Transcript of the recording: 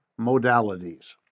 modalities